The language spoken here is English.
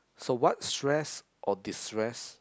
so what stress or distress